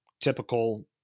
typical